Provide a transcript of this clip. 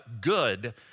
good